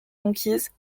conquises